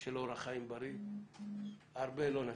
של אורח חיים בריא, הרבה לא נצליח.